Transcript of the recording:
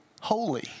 holy